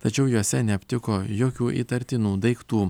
tačiau juose neaptiko jokių įtartinų daiktų